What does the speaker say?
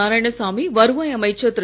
நாராயணசாமி வருவாய் அமைச்சர் திரு